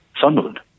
Sunderland